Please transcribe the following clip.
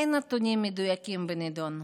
אין נתונים מדויקים בנדון.